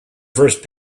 first